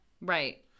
Right